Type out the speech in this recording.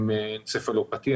עם צפלופתיה,